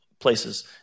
places